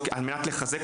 החלב,